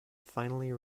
finally